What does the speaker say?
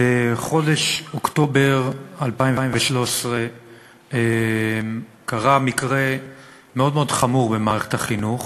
בחודש אוקטובר 2013 קרה מקרה חמור מאוד במערכת החינוך,